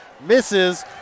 Misses